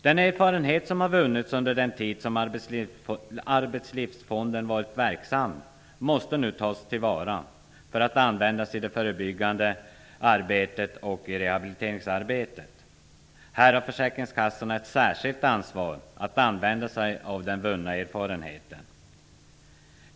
Den erfarenhet som har vunnits under den tid som Arbetslivsfonden varit verksam måste nu tas till vara för att användas i det förebyggande arbetet och i rehabiliteringsarbetet. Här har försäkringskassorna ett särskilt ansvar att använda sig av den vunna erfarenheten.